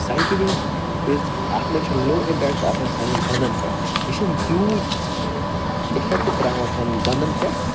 cycling اَتھ مَنٛز چھُ لوٚو اِمپیٚکٹہٕ آسان سانیٚن بَندَن پٮ۪ٹھ یہِ چھُنہٕ تیٛوٗت اِفیٚکٹہٕ ترٛاوان سانیٚن بندَن پٮ۪ٹھ